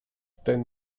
stein